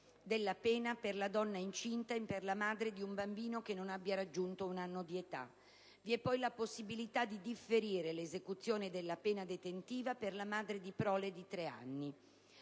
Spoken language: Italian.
della pena per la donna incinta e per la madre di un bambino che non abbia raggiunto un anno di età. Vi è poi la possibilità di differire l'esecuzione della pena detentiva per la madre di prole di tre anni.